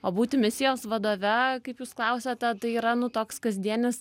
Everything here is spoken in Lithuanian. o būti misijos vadove kaip jūs klausiate tai yra nu toks kasdienis